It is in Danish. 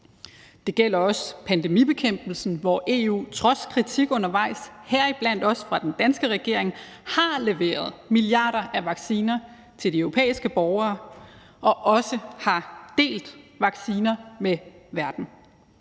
Det gælder også pandemibekæmpelsen, hvor EU trods kritik undervejs, heriblandt også fra den danske regering, har leveret milliarder af vacciner til de europæiske borgere og også har delt vacciner med verden.